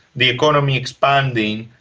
the economy expanding,